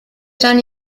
dann